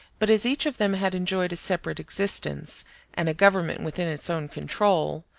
but as each of them had enjoyed a separate existence and a government within its own control,